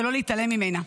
ולא להתעלם ממנה.